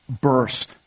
burst